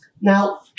Now